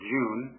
June